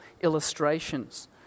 illustrations